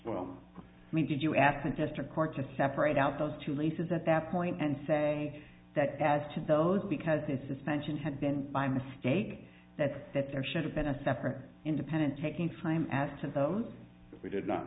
from me did you ask the district court to separate out those two leases at that point and say that as to those because this is pension had been i'm a state that that there should have been a separate independent taking time as to those we did not